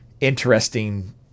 interesting